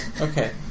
Okay